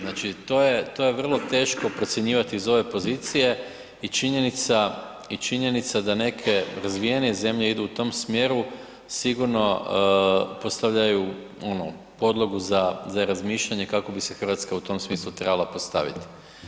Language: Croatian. Znači, to je, to je vrlo teško procjenjivati iz ove pozicije i činjenica, i činjenica da neke razvijenije zemlje idu u tom smjeru sigurno postavljaju ono podlogu za, za razmišljanje kako bi se RH u tom smislu trebala postavit.